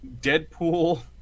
Deadpool